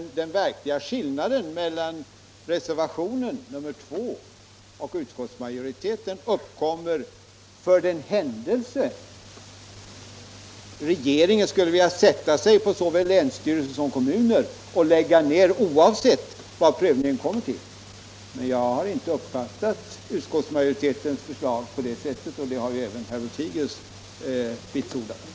Den verkliga skillnaden mellan reservation 2 och utskottsmajoritetens förslag uppkommer för den händelse regeringen skulle vilja sätta sig på såväl länsstyrelser som kommuner och lägga ner oavsett vad de i sin prövning kommer till, men jag har inte uppfatttat utskottsmajoritetens förslag som om något sådant skulle vara förutsatt, och det har även herr Lothigius vitsordat.